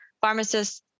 pharmacists